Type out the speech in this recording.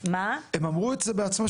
בעצמם,